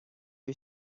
you